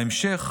בהמשך